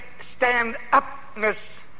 stand-upness